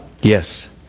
Yes